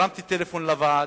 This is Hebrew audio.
הרמתי טלפון לוועד,